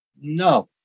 No